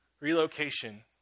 Relocation